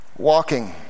Walking